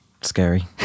scary